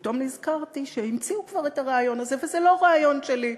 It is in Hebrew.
ופתאום נזכרתי שהמציאו כבר את הרעיון הזה וזה לא רעיון שלי: